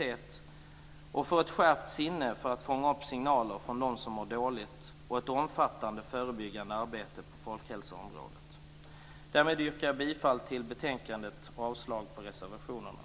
Det handlar om att få ett skärpt sinne för att fånga upp signaler från dem som mår dåligt och om ett omfattande och förebyggande arbete på folkhälsoområdet. Därmed yrkar jag bifall till hemställan i betänkandet och avslag på reservationerna.